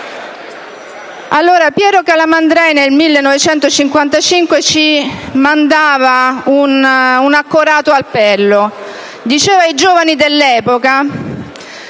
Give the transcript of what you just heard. M5S)*. Piero Calamandrei, nel 1955, ci mandava un accorato appello e diceva ai giovani dell'epoca: